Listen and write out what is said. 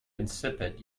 insipid